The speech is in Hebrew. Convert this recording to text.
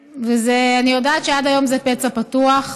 ואני יודעת שעד היום זה פצע פתוח.